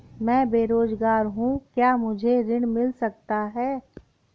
मैं बेरोजगार हूँ क्या मुझे ऋण मिल सकता है?